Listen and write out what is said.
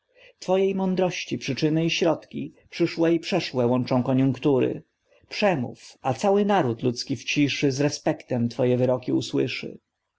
twojej mądrości przyczyny i środki przyszłe i przeszłe łączą konjunktury przemów a cały naród ludzki w ciszy z respektem twoje wyroki usłyszy